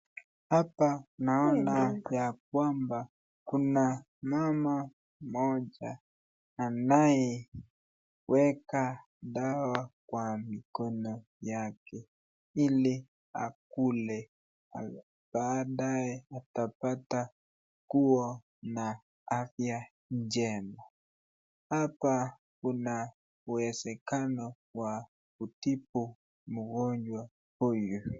Hapa naona ya kwamba kuna mama mmoja anaye weka dawa kwa mikono yake. ili akule baada atapata kuwa na afya njema. hapa kuna uwezekano wa kutibu mgonjwa huyu.